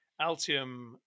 Altium